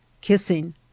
kissing